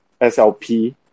SLP